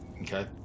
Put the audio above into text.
okay